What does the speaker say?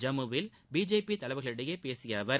ஜம்முவில் பிஜேபி தலைவர்களிடடயே பேசிய அவர்